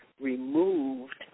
removed